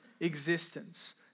existence